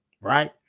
Right